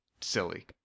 silly